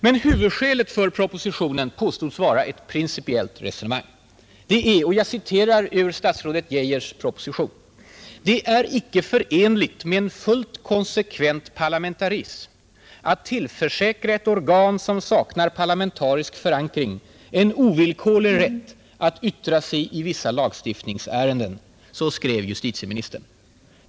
Men huvudskälet för propositionen påstods vara ett principiellt resonemang. Det är ”inte förenligt med en fullt konsekvent parlamentarism att tillförsäkra ett organ som saknar parlamentarisk förankring en ovillkorlig rätt att yttra sig i vissa lagstiftningsärenden”, skrev justitieministern.